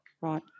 Right